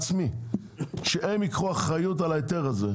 על הכיפאק.